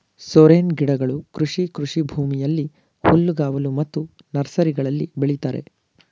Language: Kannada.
ಸೋರೆನ್ ಗಿಡಗಳು ಕೃಷಿ ಕೃಷಿಭೂಮಿಯಲ್ಲಿ, ಹುಲ್ಲುಗಾವಲು ಮತ್ತು ನರ್ಸರಿಗಳಲ್ಲಿ ಬೆಳಿತರೆ